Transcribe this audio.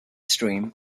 stream